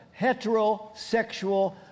heterosexual